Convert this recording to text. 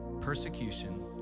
persecution